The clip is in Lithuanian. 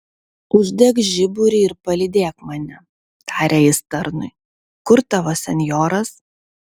uždek žiburį ir palydėk mane tarė jis tarnui kur tavo senjoras